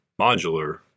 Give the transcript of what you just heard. modular